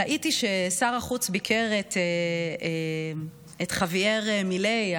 ראיתי ששר החוץ ביקר את חאבייר מיליי,